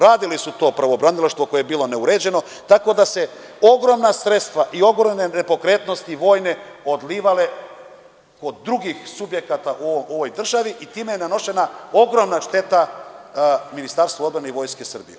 Radili su to u pravobranilaštvu koje je bilo neuređeno, tako da se ogromna sredstva i ogromne nepokretnosti, odlivale su se od drugih subjekata u ovoj državi i time je naneta ogromna šteta Ministarstvu odbrane i Vojske Srbije.